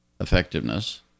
effectiveness